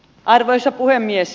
arvoisa puhemies